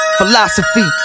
Philosophy